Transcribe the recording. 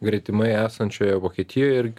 gretimai esančioje vokietijoje ir